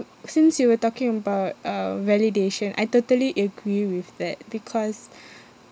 since you were talking about uh validation I totally agree with that because